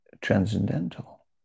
transcendental